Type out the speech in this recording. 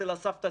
אצל הסבתא,